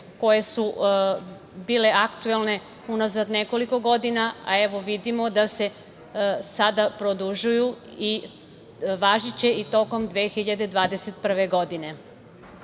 koje su bile aktuelne unazad nekoliko godina, a evo vidimo da se sada produžuju i važiće i tokom 2021. godine. Poreske